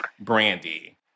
Brandy